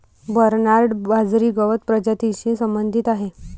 Bernard बाजरी गवत प्रजातीशी संबंधित आहे